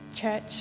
church